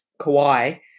Kawhi